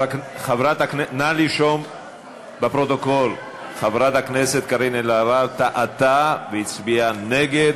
נא לרשום בפרוטוקול: חברת הכנסת אלהרר טעתה והצביעה נגד